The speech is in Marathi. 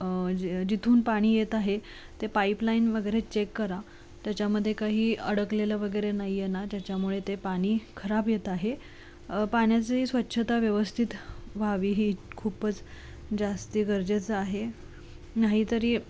जे जिथून पाणी येत आहे ते पाईपलाईन वगैरे चेक करा त्याच्यामध्ये काही अडकलेलं वगैरे नाही आहे ना ज्याच्यामुळे ते पाणी खराब येत आहे पाण्याची स्वच्छता व्यवस्थित व्हावी ही खूपच जास्त गरजेचं आहे नाही तरी